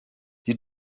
you